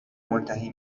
منتهی